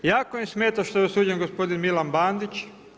Jako im smeta što je osuđen gospodin Milan Bandić.